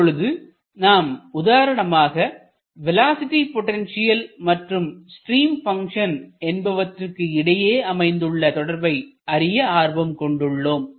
இப்பொழுது நாம் உதாரணமாக வேலோஸிட்டி பொட்டன்ஷியல் மற்றும் ஸ்ட்ரீம் பங்ஷன் என்பவற்றுக்கு இடையே அமைந்துள்ள தொடர்பை அறிய ஆர்வம் கொண்டுள்ளோம்